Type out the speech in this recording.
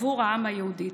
עבור העם היהודי.